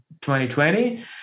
2020